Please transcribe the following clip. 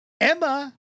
Emma